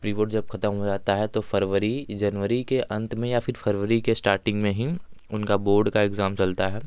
pre board जब ख़त्म हो जाता है तो फ़रवरी जनवरी के अंत में या फिर फ़रवरी के स्टार्टिंग में ही उनका बोर्ड का इग्ज़ाम चलता है